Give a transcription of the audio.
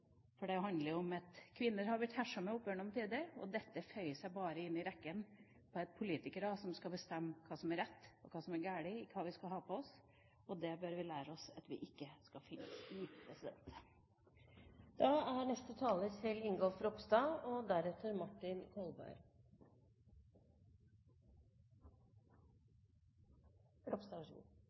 For det handler om at kvinner har blitt herset med opp igjennom tidene, og dette føyer seg bare inn i rekken av politikere som skal bestemme hva som er rett og hva som er galt når det gjelder hva vi skal ha på oss. Det bør vi lære oss at vi ikke skal finne oss i. Det er